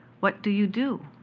what do you do?